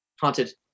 Haunted